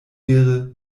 wäre